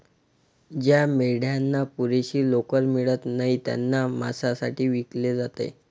ज्या मेंढ्यांना पुरेशी लोकर मिळत नाही त्यांना मांसासाठी विकले जाते